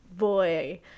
boy